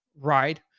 right